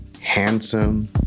handsome